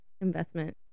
investment